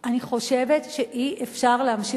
אני מדבר אליו כי אני רוצה שהוא ישמע אותי.